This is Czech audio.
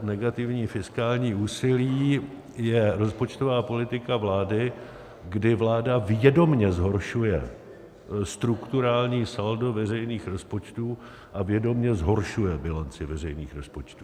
Negativní fiskální úsilí je rozpočtová politika vlády, kdy vláda vědomě zhoršuje strukturální saldo veřejných rozpočtů a vědomě zhoršuje bilanci veřejných rozpočtů.